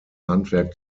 handwerk